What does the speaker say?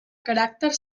caràcter